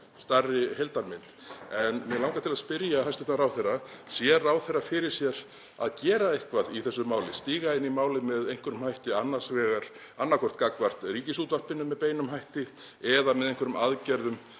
stærri heildarmynd. En mig langar til að spyrja hæstv. ráðherra: Sér ráðherra fyrir sér að gera eitthvað í þessu máli, stíga inn í málið með einhverjum hætti annaðhvort gagnvart Ríkisútvarpinu með beinum hætti eða með einhverjum aðgerðum